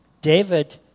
David